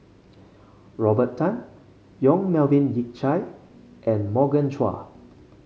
Robert Tan Yong Melvin Yik Chye and Morgan Chua